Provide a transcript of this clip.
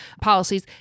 policies